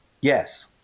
Yes